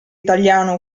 italiano